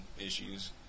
issues